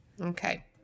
Okay